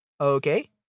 Okay